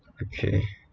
okay